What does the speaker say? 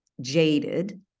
jaded